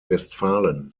westfalen